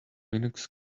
linux